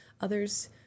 others